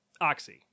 Oxy